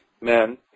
Men